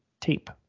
tape